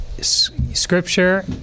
Scripture